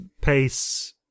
pace